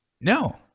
No